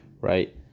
right